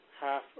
half